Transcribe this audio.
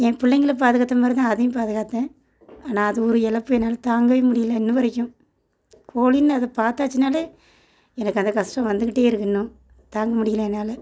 என் பிள்ளைங்கள பாதுகாத்த மாதிரிதான் அதையும் பாதுகாத்தேன் ஆனால் அது ஒரு எழப்பு என்னால் தாங்கவே முடியல இன்னை வரைக்கும் கோழின்னு அதை பார்த்தாச்சுன்னாலே எனக்கு அந்த கஷ்டம் வந்துகிட்டே இருக்குது இன்னும் தாங்க முடியல என்னால்